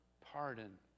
pardon